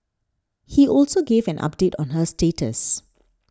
he also gave an update on her status